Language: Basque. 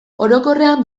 orokorrean